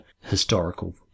historical